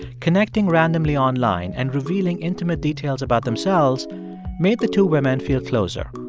connecting randomly online and revealing intimate details about themselves made the two women feel closer.